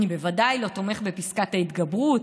אני בוודאי לא תומך בפסקת ההתגברות,